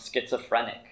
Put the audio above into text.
schizophrenic